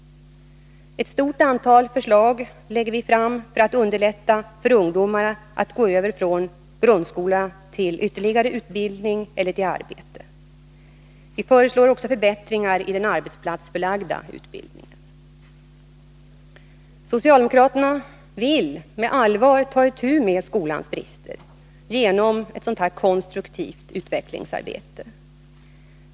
Ett stort antal förslag lägger vi fram för att underlätta för ungdomar att gå över från grundskola till ytterligare utbildning eller till arbete. Vi föreslår också förbättringar i den arbetsplatsförlagda utbildningen. Socialdemokraterna vill med allvar ta itu med skolans brister genom ett konstruktivt utvecklingsarbete.